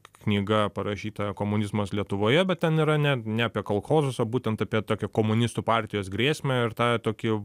knyga parašyta komunizmas lietuvoje bet ten yra ne ne apie kolchozus o būtent apie tokią komunistų partijos grėsmę ir tą tokį